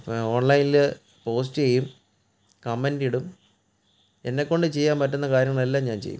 ഓൺലൈനില് പോസ്റ്റ് ചെയ്യും കമൻറ് ഇടും എന്നെ കൊണ്ട് ചെയ്യാൻ പറ്റുന്ന കാര്യങ്ങളെല്ലാം ഞാൻ ചെയ്യും